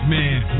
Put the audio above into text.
Man